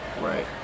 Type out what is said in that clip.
right